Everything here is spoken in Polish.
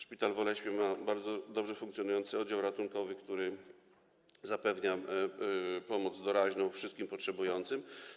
Szpital w Oleśnie ma bardzo dobrze funkcjonujący oddział ratunkowy, który zapewnia pomoc doraźną wszystkim potrzebującym.